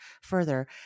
further